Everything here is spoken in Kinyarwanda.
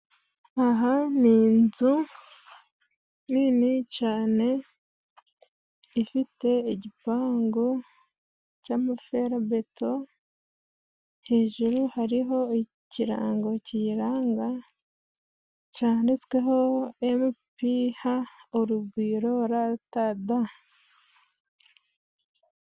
Aha ni inzu nini cane ifite igipangu cy'amaferabeto，hejuru hariho ikirango kiyiranga cyanditsweho MPH URUGWIRO Ltd.